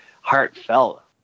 heartfelt